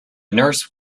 nurse